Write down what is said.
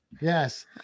Yes